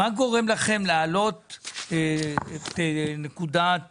מה גורם לכם להעלות את נקודת